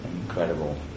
incredible